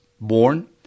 born